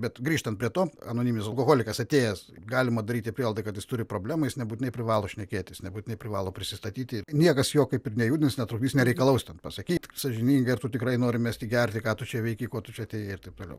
bet grįžtant prie to anoniminis alkoholikas atėjęs galima daryti prielaidą kad jis turi problemų jis nebūtinai privalo šnekėtis nebūtinai privalo prisistatyti ir niekas jo kaip ir nejudins netrukdys nereikalaus ten pasakyt sąžiningai ar tu tikrai nori mesti gerti ką tu čia veiki ko tu čia atėjai ir taip toliau